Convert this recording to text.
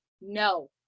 no